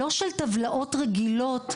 לא של טבלאות רגילות,